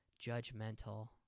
judgmental